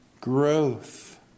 growth